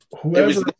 whoever